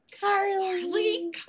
Carly